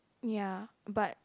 ya but